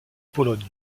pologne